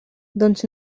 doncs